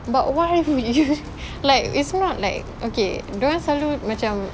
but why would you like it's not like okay dorang selalu macam